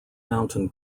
mountain